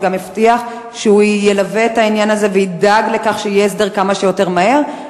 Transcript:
שגם הבטיח שהוא ילווה את העניין הזה וידאג שיהיה הסדר כמה שיותר מהר,